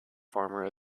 farmer